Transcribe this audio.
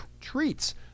treats